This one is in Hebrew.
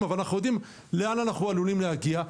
אבל אנחנו יודעים לאן אנחנו עלולים להגיע.